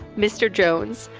mr. jones,